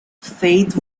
faith